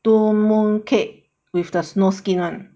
do mooncake with the snow skin [one]